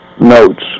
notes